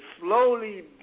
slowly